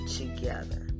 together